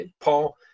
Paul